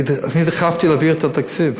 אני דחפתי להעביר את התקציב.